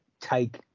take